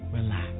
Relax